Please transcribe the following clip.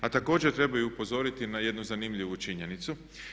A također treba i upozoriti na jednu zanimljivu činjenicu.